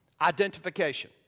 identification